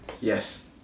Yes